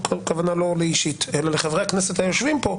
לא לי אישית אלא לחברי הכנסת היושבים פה,